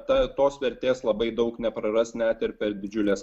ta tos vertės labai daug nepraras net ir per didžiules